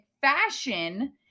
fashion